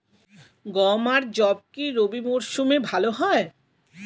গম আর যব কি রবি মরশুমে ভালো হয়?